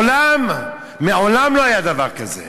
מעולם, מעולם לא היה דבר כזה.